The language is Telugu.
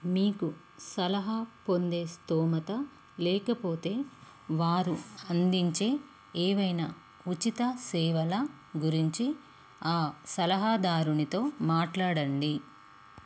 మీకు సలహా పొందే స్థోమత లేకపోతే వారు అందించే ఏవైనా ఉచిత సేవల గురించి ఆ సలహాదారునితో మాట్లాడండి